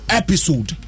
episode